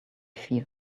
feel